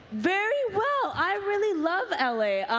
very well. i really love l a.